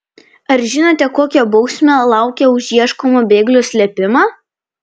ar žinote kokia bausmė laukia už ieškomo bėglio slėpimą